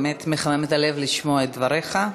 באמת, מחמם את הלב לשמוע את דבריך.